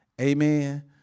amen